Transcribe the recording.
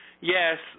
Yes